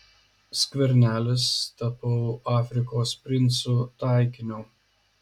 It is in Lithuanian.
skvernelis tapau afrikos princų taikiniu